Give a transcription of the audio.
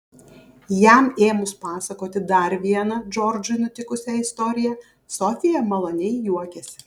jam ėmus pasakoti dar vieną džordžui nutikusią istoriją sofija maloniai juokėsi